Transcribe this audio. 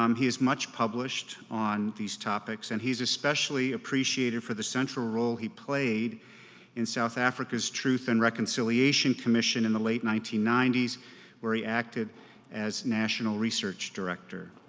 um he is much published on these topics and he's especially appreciated for the central role he played in south africa's truth and reconciliation commission in the late nineteen ninety s where he acted as national research director.